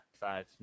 five